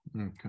Okay